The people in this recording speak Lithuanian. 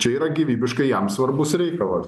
čia yra gyvybiškai jam svarbus reikalas